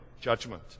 judgment